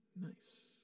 Nice